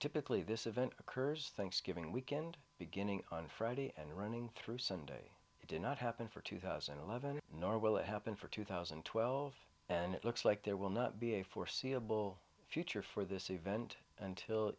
typically this event occurs thanksgiving weekend beginning on friday and running through sunday it did not happen for two thousand and eleven nor will it happen for two thousand and twelve and it looks like there will not be a foreseeable future for this event until